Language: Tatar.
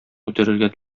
үтерергә